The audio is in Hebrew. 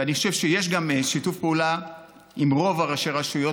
ואני חושב שיש שיתוף פעולה עם רוב ראשי הרשויות,